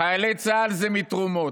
חיילי צה"ל זה מתרומות.